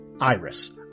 Iris